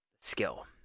skill